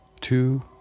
two